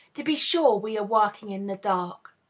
to be sure, we are working in the dark.